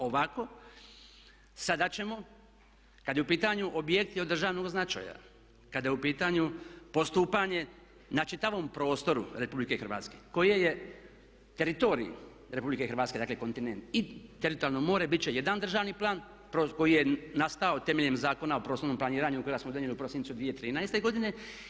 Ovako, sada ćemo kada su u pitanju objekti od državnog značaja, kada je u pitanju postupanje na čitavom prostoru RH koji je teritorij RH, dakle kontinent i teritorijalno more biti će jedan državni plan koji je nastao temeljem Zakona o prostornom planiranju kojeg smo donijeli u prosincu 2013. godine.